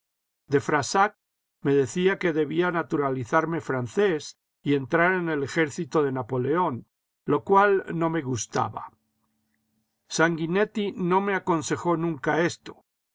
de frassac me decía que debía naturalizarme francés y entrar en el ejército de napoleón lo cual no me gustaba sanguinetti no me aconsejó nunca esto